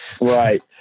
Right